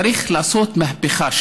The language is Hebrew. צריך לעשות שם מהפכה.